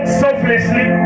selflessly